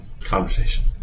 conversation